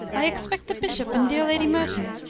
i expect the bishop and dear lady merton.